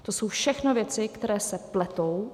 To jsou všechno věci, které se pletou.